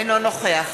אינו נוכח